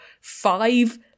five